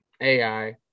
AI